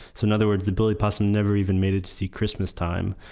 so in other words, the billy possum never even made it to see christmas time.